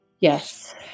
yes